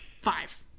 Five